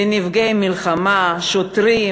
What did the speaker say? לנפגעי מלחמה ולשוטרים,